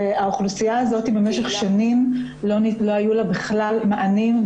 לאוכלוסייה הזאת במשך שנים לא היו מענים.